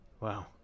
Wow